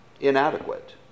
inadequate